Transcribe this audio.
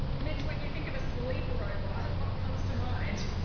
mitch, when you think of a sleep robot, what comes to mind?